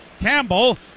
Campbell